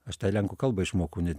aš tą lenkų kalbą išmokau net